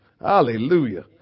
Hallelujah